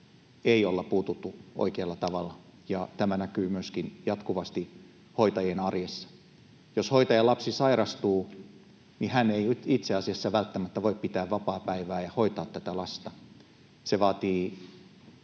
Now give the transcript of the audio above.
ei ole puututtu oikealla tavalla, ja tämä näkyy myöskin jatkuvasti hoitajien arjessa. Jos hoitajan lapsi sairastuu, niin hän ei itse asiassa välttämättä voi pitää vapaapäivää ja hoitaa tätä lasta. Se vaatii